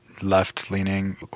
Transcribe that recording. left-leaning